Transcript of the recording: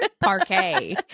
parquet